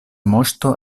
moŝto